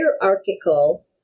Hierarchical